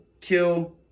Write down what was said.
kill